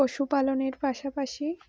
পশুপালনের পাশাপাশি